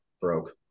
broke